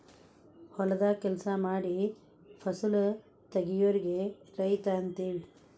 ಹೊಲದಾಗ ಕೆಲಸಾ ಮಾಡಿ ಫಸಲ ತಗಿಯೋರಿಗೆ ರೈತ ಅಂತೆವಿ